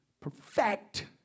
perfect